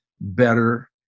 better